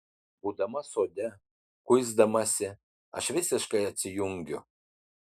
būdama sode kuisdamasi aš visiškai atsijungiu